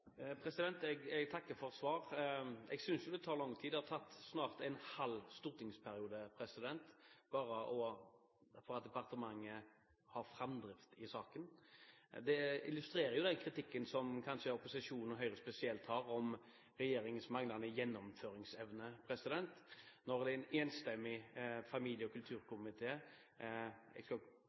Jeg takker for svaret. Jeg synes jo det tar lang tid – det har snart tatt en halv stortingsperiode bare for departementet å få framdrift i saken. Det illustrerer kanskje den kritikken som opposisjonen og Høyre spesielt har om regjeringens manglende gjennomføringsevne, når det er en enstemmig familie- og kulturkomité som har anmodet om det – jeg skal